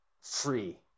free